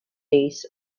days